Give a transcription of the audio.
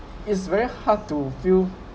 it's very hard to feel